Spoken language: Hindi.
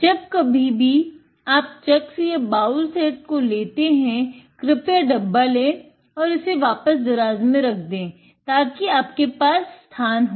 जब कभी भी आप चक्स तथा बाउल सेट को लेते हैं कृपया डब्बा ले और इसे वापस दराज में रख दे ताकि आपके पास स्थान हो